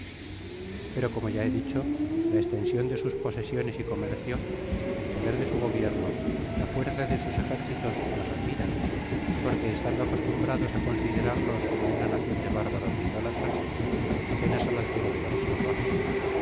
pero como ya he dicho la estension de sus posesiones y comercio el poder de su gobierno la fuerza de sus ejércitos nos admiran porque estando acostumbrados á considerarles como una nacion de bárbaros é idólatras apenas á la altura de los salvajes